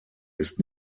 ist